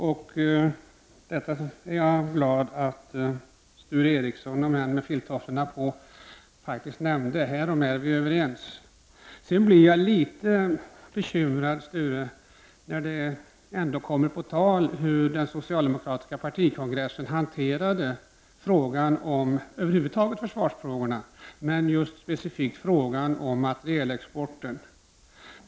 Jag är glad att Sture Ericson, om än med filttofflorna på, faktiskt nämnde detta. Härom är vi överens. Eftersom det nu kom på tal, vill jag nämna att jag blev litet bekymrad över hur den socialdemokratiska partikongressen hanterade försvarsfrågorna över huvud taget och speciellt frågan om materielexporten.